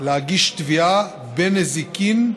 להגיש תביעה בנזיקין,